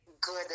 good